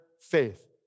faith